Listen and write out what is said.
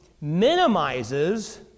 minimizes